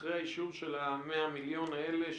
אחרי האישור של ה-100 המיליון האלה,